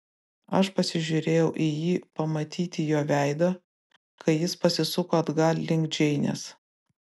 aš pasižiūrėjau į jį pamatyti jo veido kai jis pasisuko atgal link džeinės